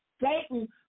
Satan